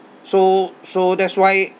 so so that's why